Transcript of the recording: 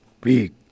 big